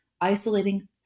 isolating